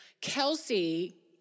Kelsey